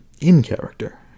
in-character